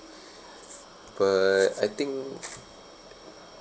but I think